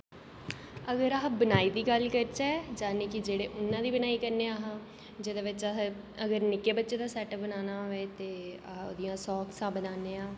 अगर अस बुनाई दी गल्ल करचै यानी कि जेह्ड़े ऊना दी बुनाई करने अस जेहदे बिच असें अगर नि'क्के बच्चे दा सेट बनाना होवै ते अस ओह्दियां सॉक्सां बनाने आं